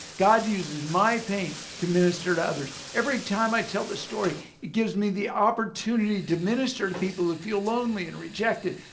god uses my pain to minister to others. every time i tell the story it gives me the opportunity to minister to people who feel lonely and rejected.